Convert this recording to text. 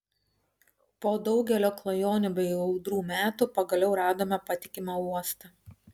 po daugelio klajonių bei audrų metų pagaliau radome patikimą uostą